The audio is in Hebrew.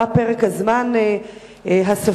מה פרק הזמן הסביר,